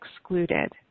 excluded